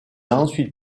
ensuite